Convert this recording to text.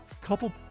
couple